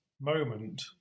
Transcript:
moment